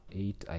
eight